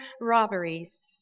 robberies